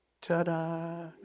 ta-da